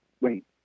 wait